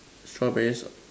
strawberries